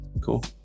Cool